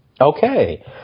Okay